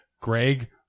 Greg